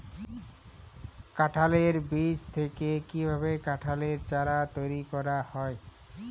কাঁঠালের বীজ থেকে কীভাবে কাঁঠালের চারা তৈরি করা হয়?